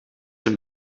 een